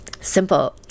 simple